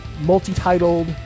multi-titled